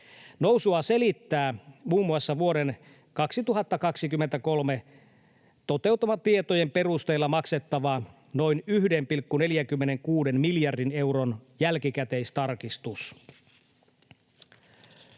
Nousua selittää muun muassa vuoden 2023 toteutumatietojen perusteella maksettava noin 1,46 miljardin euron jälkikäteistarkistus.